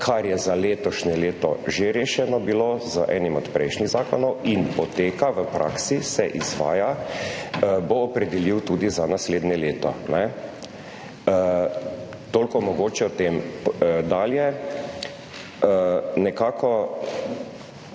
kar je za letošnje leto že rešeno bilo z enim od prejšnjih zakonov in poteka v praksi, se izvaja, bo opredelil tudi za naslednje leto. Toliko mogoče o tem. Dalje, nekako